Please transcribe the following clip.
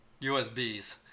USBs